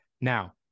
Now